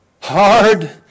Hard